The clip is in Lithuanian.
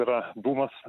jis yra dūmas